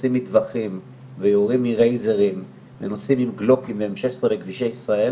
שעושים מטווחים ויורים מרייזרים ונוסעים עם גלוקים ועם 16M בכבישי ישראל